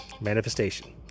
manifestation